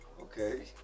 Okay